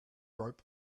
rope